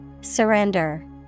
Surrender